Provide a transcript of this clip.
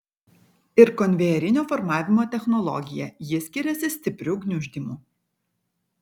ir konvejerinio formavimo technologija ji skiriasi stipriu gniuždymu